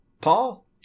Paul